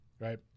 right